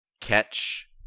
catch